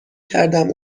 کردم